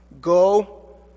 go